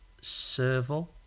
serval